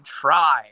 try